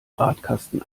radkasten